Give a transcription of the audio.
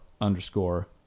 underscore